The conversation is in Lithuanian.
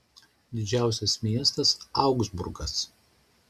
didžiausias miestas augsburgas